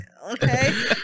okay